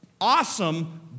awesome